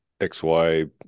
XY